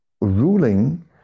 ruling